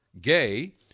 gay